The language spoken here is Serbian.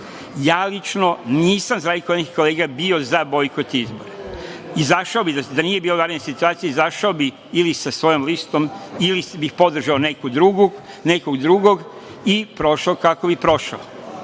lično nisam, za razliku od onih kolega, bio za bojkot izbora. Izašao bih, da nije bilo vanredne situacije, izašao bih ili sa svojom listom ili bi podržao nekog drugog i prošao kako bi prošao.